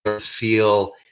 feel